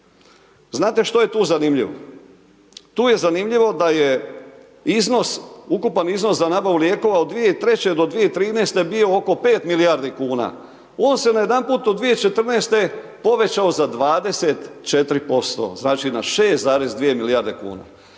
Znate što je tu zanimljivo? Tu je zanimljivo da je iznos, ukupan iznos za nabavu lijekova od 2003. do 2013. bio oko 5 milijardi kuna, on se najedanput od 2014. povećao za 24% znači na 6,2 milijarde kuna.